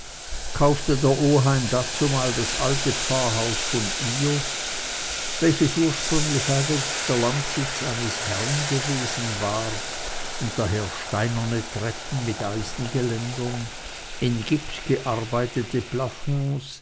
kaufte der oheim dazumal das alte pfarrhaus von ihr welches ursprünglich eigentlich der landsitz eines herren gewesen war und daher steinerne treppen mit eisengeländern in gips gearbeitete